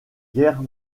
guerres